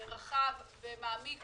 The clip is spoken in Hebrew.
רחב ומעמיק